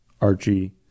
Archie